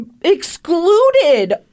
excluded